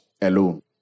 alone